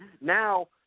now